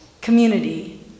community